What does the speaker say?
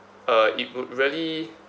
uh it would really